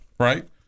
Right